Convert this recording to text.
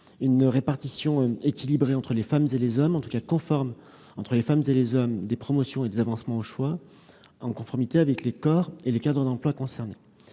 une répartition équilibrée, ou en tout cas conforme, entre les femmes et les hommes des promotions et des avancements au choix, en conformité avec les corps et les cadres d'emplois concernés.